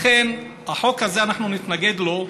לכן, החוק הזה, אנחנו נתנגד לו,